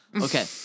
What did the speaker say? Okay